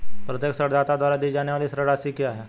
प्रत्येक ऋणदाता द्वारा दी जाने वाली ऋण राशि क्या है?